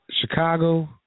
Chicago